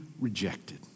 rejected